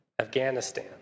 Afghanistan